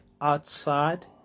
outside